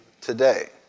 today